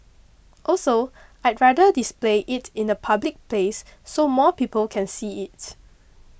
also I'd rather display it in a public place so more people can see it